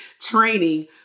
training